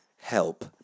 Help